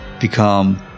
become